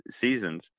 seasons